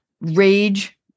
rage